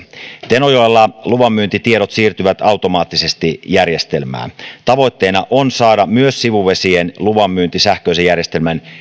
tenojoella luvanmyyntitiedot siirtyvät automaattisesti järjestelmään tavoitteena on saada myös sivuvesien luvanmyynti sähköisen järjestelmän